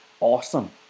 awesome